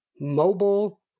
mobile